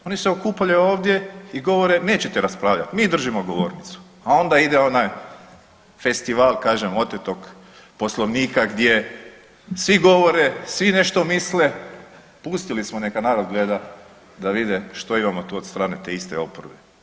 Oni se okupljaju ovdje i govore nećete raspravljati, mi držimo govornicu, a onda ide onaj festival kažem otetog Poslovnika gdje svi govore, svi nešto misle, pustili smo neka narod gleda da vide što imamo od strane te iste oporbe.